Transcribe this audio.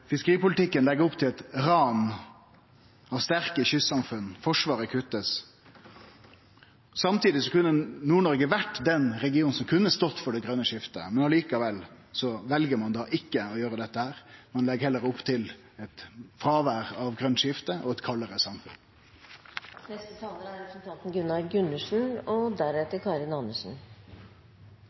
fiskeripolitikken legg opp til eit ran av sterke kystsamfunn, og Forsvaret blir kutta. Samtidig kunne Nord-Noreg vore regionen som kunne stått for det grøne skiftet, men likevel vel ein da ikkje å gjere dette, ein legg heller opp til eit fråvær av grønt skifte og eit kaldare samfunn. For Hedmarks del er